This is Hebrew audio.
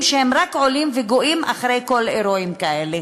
שהם רק עולים וגואים אחרי כל אירוע כזה.